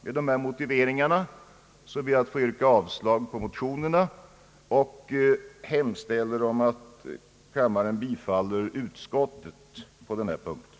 Med dessa motiveringar, herr talman, ber jag att få yrka avslag på motionerna och hemställa om att kammaren bifaller utskottets förslag i denna fråga.